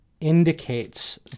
indicates